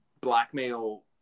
blackmail